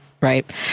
right